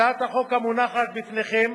הצעת החוק המונחת בפניכם